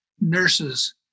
nurses